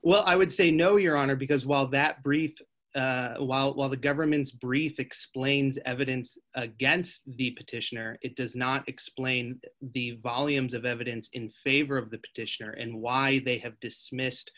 well i would say no your honor because while that brief while the government's brief explains evidence against the petitioner it does not explain the volumes of evidence in favor of the petitioner and why they have dismissed